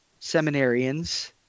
seminarians